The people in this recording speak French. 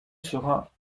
sera